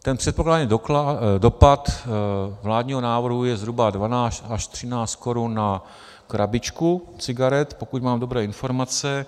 Ten předpokládaný dopad vládního návrhu je zhruba 12 až 13 korun na krabičku cigaret, pokud mám dobré informace.